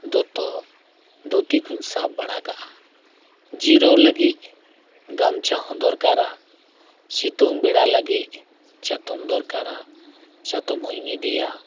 ᱫᱚᱛᱚ ᱫᱷᱩᱛᱤ ᱠᱚᱧ ᱥᱟᱵ ᱵᱟᱲᱟ ᱠᱟᱜᱼᱟ ᱡᱤᱨᱟᱹᱣ ᱞᱟᱹᱜᱤᱫ ᱜᱟᱢᱪᱷᱟ ᱦᱚᱸ ᱫᱚᱨᱠᱟᱨᱟ ᱥᱤᱛᱩᱝ ᱵᱮᱲᱟ ᱞᱟᱹᱜᱤᱫ ᱪᱟᱛᱚᱢ ᱫᱚᱨᱠᱟᱨᱟ ᱪᱟᱛᱚᱢ ᱦᱚᱧ ᱤᱫᱤᱭᱟ